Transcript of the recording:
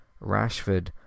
Rashford